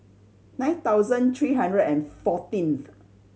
nine thousand three hundred and fourteenth